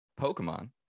Pokemon